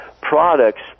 products